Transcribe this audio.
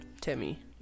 Timmy